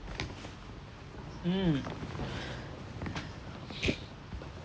mm